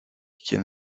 quien